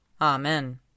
Amen